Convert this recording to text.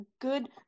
good